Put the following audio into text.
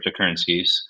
cryptocurrencies